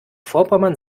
vorpommern